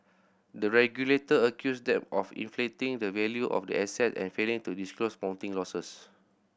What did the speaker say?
the regulator accused them of inflating the value of the asset and failing to disclose mounting losses